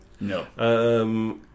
No